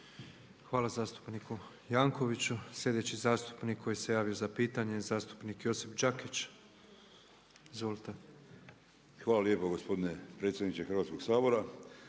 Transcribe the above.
Hvala zastupniku Jankoviću. Sljedeći zastupnik koji se javi za pitanje je zastupnik Josip Đakić. Izvolite. **Đakić, Josip (HDZ)** Hvala lijepa gospodine predsjedniče Hrvatskog sabora,